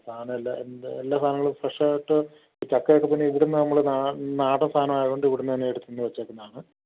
സാധനം എല്ലാം എൻ്റെ എല്ലാ സാധനങ്ങളും ഫ്രഷായിട്ട് ചക്കയൊക്കെ ഇപ്പം ഇനി ഇവിടുന്ന് നമ്മൾ നാടൻ സാധനം ആയതുകൊണ്ട് എടുത്ത് വച്ചേക്കുന്നതാണ്